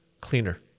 cleaner